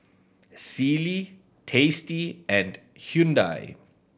Sealy Tasty and Hyundai